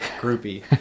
groupie